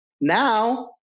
Now